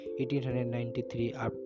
1893